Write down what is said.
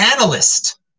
analyst